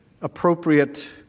appropriate